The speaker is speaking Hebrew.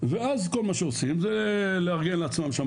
ואז כל מה שעושים זה לארגן לעצמם שם